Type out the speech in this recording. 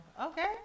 okay